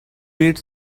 meet